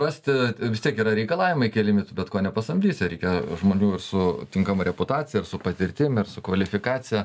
rasti vis tiek yra reikalavimai keliami bet ko nepasamdysi reikia žmonių su tinkama reputacija ir su patirtim ir su kvalifikacija